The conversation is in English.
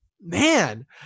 man